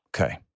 Okay